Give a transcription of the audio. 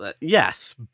Yes